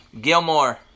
Gilmore